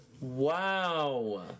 Wow